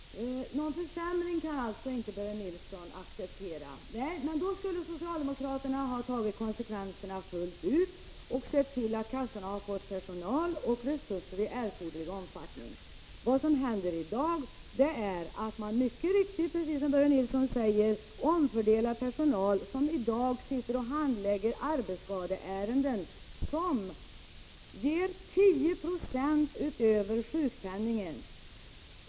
Herr talman! Någon försämring av försäkringen kan Börje Nilsson tydligen inte acceptera. Nej, men då skulle socialdemokraterna ha tagit konsekvenserna fullt ut och sett till att försäkringskassorna hade personal och resurser i erforderlig omfattning. Vad man nu gör är att man omfördelar —- precis som Börje Nilsson själv säger — den personal som i dag handlägger arbetsskadeärenden, där ersättningen är 10 70 högre än sjukpenningen.